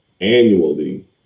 annually